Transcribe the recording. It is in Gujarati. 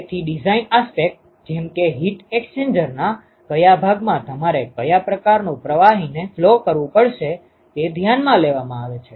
તેથી ડિઝાઇન આસ્પેક્ટ જેમ કે હીટ એક્સ્ચેન્જરના કયા ભાગમાં તમારે કયા પ્રકારનું પ્રવાહીને ફ્લો કરવું પડશે તે ધ્યાનમાં લેવામાં આવે છે